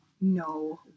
No